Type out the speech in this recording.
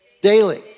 Daily